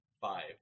five